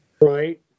Right